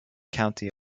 county